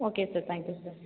okay sir thank you sir